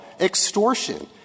extortion